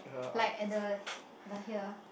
like at the h~ like here